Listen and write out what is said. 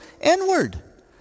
inward